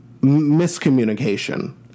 miscommunication